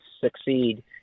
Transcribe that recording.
succeed